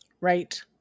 right